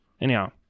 anyhow